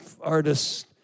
artist's